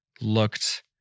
looked